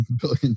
billion